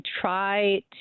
try